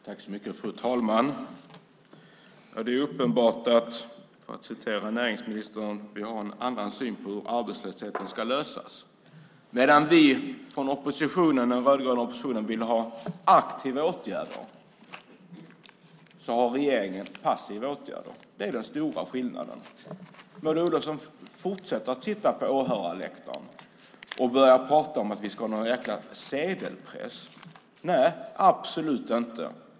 Fru talman! Det är uppenbart att vi, för att återge vad näringsministern sagt, har en annan syn på hur arbetslösheten ska lösas. Vi i den rödgröna oppositionen vill ha aktiva åtgärder, medan regeringen har passiva åtgärder. Det är den stora skillnaden. Maud Olofsson fortsätter att sitta på åhörarläktaren. Hon börjar prata om att vi har någon jäkla sedelpress. Nej, så är det absolut inte!